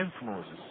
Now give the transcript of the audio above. influences